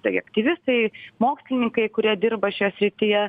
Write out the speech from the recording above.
tai aktyvistai mokslininkai kurie dirba šioj srityje